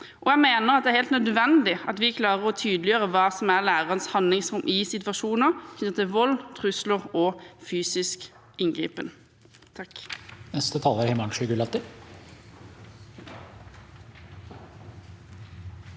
skole mener at det er helt nødvendig at vi klarer å tydeliggjøre hva som er lærerens handlingsrom i situasjoner knyttet til vold, trusler og fysisk inngripen.